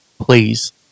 Please